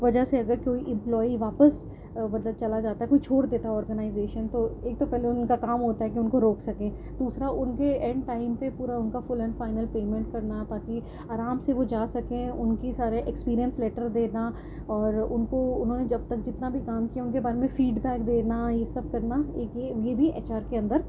وجہ سے اگر کوئی امپلائی واپس مطلب چلا جاتا ہے کوئی چھوڑ دیتا ہے آرگنائزیشن تو ایک تو پہلے ان کا کام ہوتا ہے کہ ان کو روک سکیں دوسرا ان کے اینڈ ٹائم پہ پورا ان کا فل این فائنل پیمنٹ کرنا تاکہ آرام سے وہ جا سکیں ان کی سارے ایکسپیرئنس لیٹر دینا اور ان کو انہوں نے جب تک جتنا بھی کام کیا ان کے بارے میں فیڈ بیک دینا یہ سب کرنا ایک یہ یہ بھی ایچ آر کے اندر